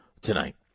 tonight